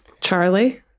Charlie